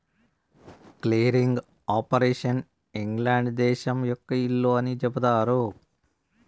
clearing operation England దేశం యొక్క ఇల్లు అని చెబుతారు